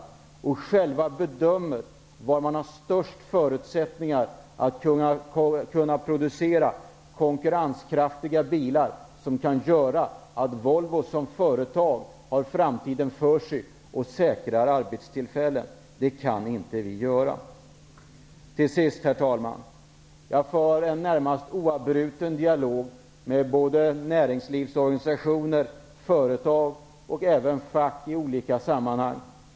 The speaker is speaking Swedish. Volvo måste själv bedöma var det finns störst förutsättning att kunna producera konkurrenskraftiga bilar som kan göra att Volvo som företag har framtiden för sig och säkrar arbetstillfällen. Det kan inte vi göra. Herr talman! Jag för en närmast oavbruten dialog med näringslivsorganisationer, företag och även fack i olika sammanhang.